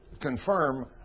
confirm